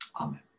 Amen